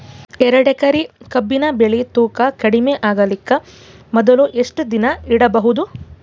ಎರಡೇಕರಿ ಕಬ್ಬಿನ್ ಬೆಳಿ ತೂಕ ಕಡಿಮೆ ಆಗಲಿಕ ಮೊದಲು ಎಷ್ಟ ದಿನ ಇಡಬಹುದು?